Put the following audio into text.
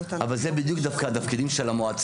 --- זה בדיוק דווקא התפקידים של המועצה,